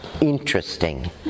interesting